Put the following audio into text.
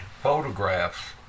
photographs